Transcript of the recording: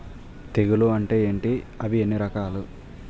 తెగులు అంటే ఏంటి అవి ఎన్ని రకాలు?